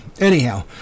Anyhow